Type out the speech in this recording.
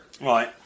right